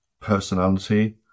personality